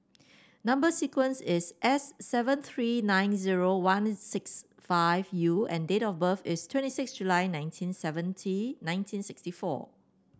number sequence is S seven three nine zero one six five U and date of birth is twenty six July nineteen seventy nineteen sixty four